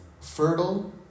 fertile